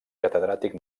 catedràtic